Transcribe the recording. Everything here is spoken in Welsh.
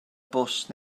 bws